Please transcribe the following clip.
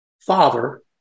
father